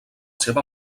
seva